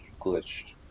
glitched